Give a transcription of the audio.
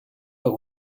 but